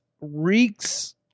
reeks